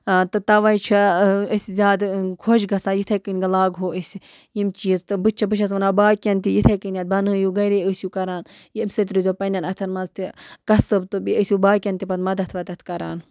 تہٕ تَوَے چھِ أسۍ زیادٕ خۄش گژھان یِتھَے کٔنۍ گٔے لاگہو أسۍ یِم چیٖز تہٕ بہٕ چھَس بہٕ چھَس وَنان باقیَن تہِ یِتھَے کٔنۍ یَتھ بَنٲیِو گَرے ٲسِو کَران ییٚمہِ سۭتۍ روزیو پنٛنٮ۪ن اَتھَن منٛز تہِ کَسٕب تہٕ بیٚیہِ ٲسِو باقٕیَن تہِ پَتہٕ مَدَتھ ودَتھ کَران